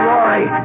Rory